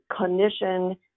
clinician